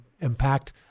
impact